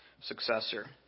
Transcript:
successor